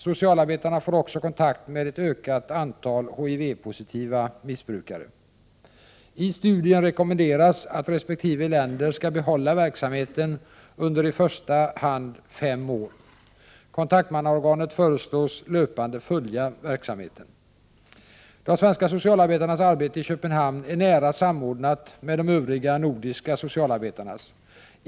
Socialarbetarna får också kontakt med ett ökat antal HIV-positiva missbrukare. I studien rekommenderas att respektive länder skall behålla verksamheten under i första hand fem år. Kontaktmannaorganet föreslås löpande följa verksamheten. De svenska socialarbetarnas arbete i Köpenhamn är nära samordnat med de övriga nordiska socialarbetarnas.